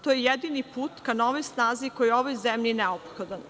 To je jedini put ka novoj snazi koja je ovoj zemlji neophodna.